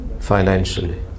financially